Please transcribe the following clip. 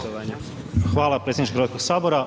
Hvala, predsjedniče Hrvatskog sabora.